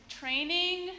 training